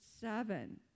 seven